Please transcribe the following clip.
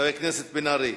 חבר הכנסת מיכאל בן-ארי.